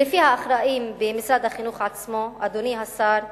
לפי האחראים במשרד החינוך עצמו, אדוני השר,